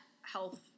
health